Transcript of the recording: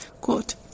Quote